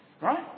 Right